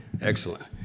Excellent